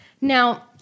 Now